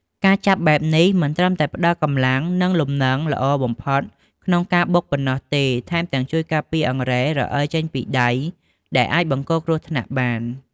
ការចាប់បែបនេះមិនត្រឹមតែផ្តល់កម្លាំង និងលំនឹងល្អបំផុតក្នុងការបុកប៉ុណ្ណោះទេ ថែមទាំងជួយការពារអង្រែរអិលចេញពីដៃ ដែលអាចបង្កគ្រោះថ្នាក់បាន។